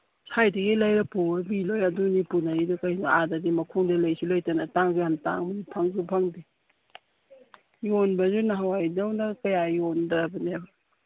ꯁ꯭ꯋꯥꯏꯗꯒꯤ ꯂꯩꯔꯗꯤ ꯄꯨꯔꯗꯤ ꯂꯣꯏ ꯑꯗꯨꯗꯤ ꯄꯨꯅꯩꯗꯣ ꯀꯩꯅꯣ ꯑꯥꯗꯗꯤ ꯃꯈꯣꯡꯗ ꯂꯩꯁꯨ ꯂꯩꯇꯅ ꯇꯥꯡꯁꯨ ꯌꯥꯝ ꯇꯥꯡꯕꯅꯤ ꯐꯪꯁꯨ ꯐꯪꯗꯦ ꯌꯣꯟꯕꯁꯨ ꯅꯍꯥꯟꯋꯥꯏꯗꯧꯅ ꯀꯌꯥ ꯌꯣꯟꯗ꯭ꯔꯕꯅꯦꯕ